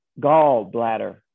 gallbladder